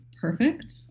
perfect